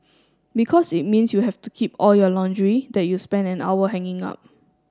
because it means you have to keep all your laundry that you spent an hour hanging up